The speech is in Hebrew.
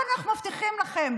אבל אנחנו מבטיחים לכם,